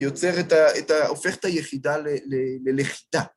יוצר את ה... הופך את היחידה ללכידה.